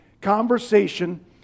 conversation